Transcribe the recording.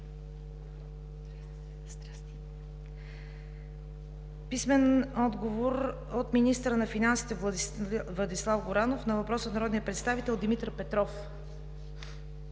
Търновалийски; - министъра на финансите Владислав Горанов на въпрос от народния представител Димитър Петров;